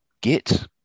Git